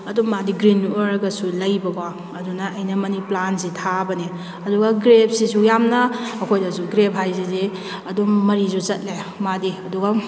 ꯑꯗꯨꯝ ꯃꯥꯗꯤ ꯒ꯭ꯔꯤꯟ ꯑꯣꯏꯔꯒꯁꯨ ꯂꯩꯕꯀꯣ ꯑꯗꯨꯅ ꯑꯩꯅ ꯃꯅꯤ ꯄ꯭ꯂꯥꯟꯁꯦ ꯊꯥꯕꯅꯤ ꯑꯗꯨꯒ ꯒ꯭ꯔꯦꯞꯁꯤꯁꯨ ꯌꯥꯝꯅ ꯑꯩꯈꯣꯏꯗꯁꯨ ꯒ꯭ꯔꯦꯞ ꯍꯥꯏꯁꯤꯗꯤ ꯑꯗꯨꯝ ꯃꯔꯤꯁꯨ ꯆꯠꯂꯦ ꯃꯥꯗꯤ ꯑꯗꯨꯒ